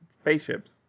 spaceships